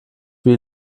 wie